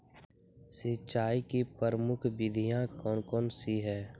सिंचाई की प्रमुख विधियां कौन कौन सी है?